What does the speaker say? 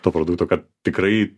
to produkto kad tikrai